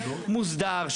מוסדר,